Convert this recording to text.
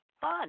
fun